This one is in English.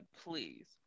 please